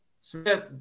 Smith